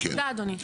תודה, אדוני.